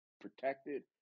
protected